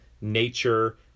nature